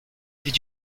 did